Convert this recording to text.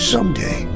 Someday